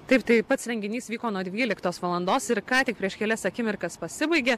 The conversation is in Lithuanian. taip tai pats renginys vyko nuo dvyliktos valandos ir ką tik prieš kelias akimirkas pasibaigė